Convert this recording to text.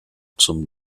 zum